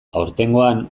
aurtengoan